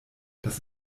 das